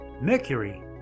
Mercury